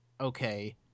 okay